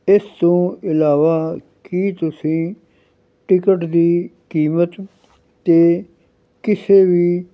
ਇਸ ਤੋਂ ਇਲਾਵਾ ਕੀ ਤੁਸੀਂ ਟਿਕਟ ਦੀ ਕੀਮਤ 'ਤੇ ਕਿਸੇ ਵੀ